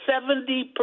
Seventy